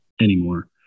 anymore